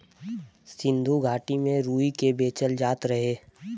सिन्धु घाटी में रुई के बेचल जात रहे